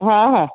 હા હા